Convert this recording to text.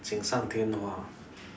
锦上添花: jing shang tian hua